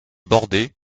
bordé